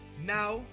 Now